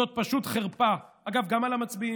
זאת פשוט חרפה, אגב, גם על המצביעים.